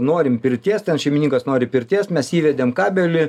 norim pirties ten šeimininkas nori pirties mes įvedėm kabelį